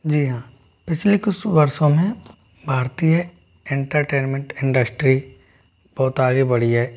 जी हाँ पिछले कुछ वर्षों में भारतीय एंटरटेनमेंट इंडस्ट्री बहुत आगे बढ़ी है